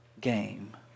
game